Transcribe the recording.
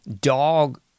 dog